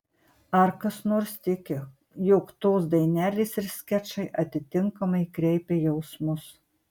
ar kas nors tiki jog tos dainelės ir skečai atitinkamai kreipia jausmus